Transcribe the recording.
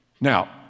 Now